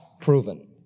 proven